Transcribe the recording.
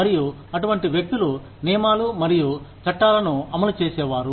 మరియు అటువంటి వ్యక్తులు నియమాలు మరియు చట్టాలను అమలు చేసేవారు